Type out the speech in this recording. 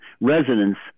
residents